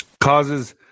Causes